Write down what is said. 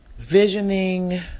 Visioning